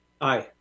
Aye